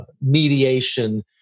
mediation